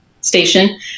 station